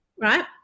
right